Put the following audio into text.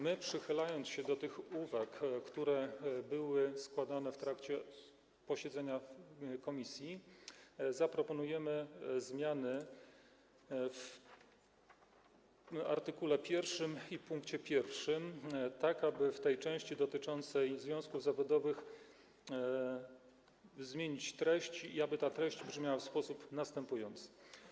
My, przychylając się do tych uwag, które były składane w trakcie posiedzenia komisji, zaproponujemy zmiany w art. 1 pkt 1, tak aby w tej części dotyczącej związków zawodowych zmienić treść i aby ta treść brzmiała w sposób następujący: